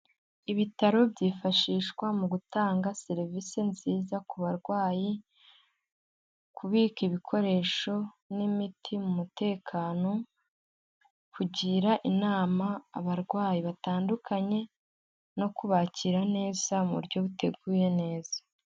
Ibitaro byifashishwa mu gutanga serivisi nziza ku barwayi, kubika ibikoresho n'imiti mu mutekano, kugira inama abarwayi batandukanye no kubakira neza mu buryo buteguye neza.